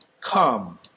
come